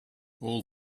all